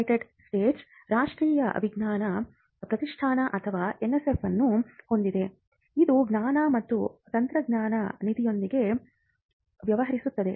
United States ರಾಷ್ಟ್ರೀಯ ವಿಜ್ಞಾನ ಪ್ರತಿಷ್ಠಾನ ಅಥವಾ NSF ಅನ್ನು ಹೊಂದಿದೆ ಇದು ವಿಜ್ಞಾನ ಮತ್ತು ತಂತ್ರಜ್ಞಾನ ನಿಧಿಯೊಂದಿಗೆ ವ್ಯವಹರಿಸುತ್ತದೆ